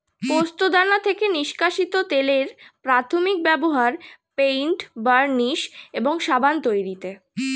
পোস্তদানা থেকে নিষ্কাশিত তেলের প্রাথমিক ব্যবহার পেইন্ট, বার্নিশ এবং সাবান তৈরিতে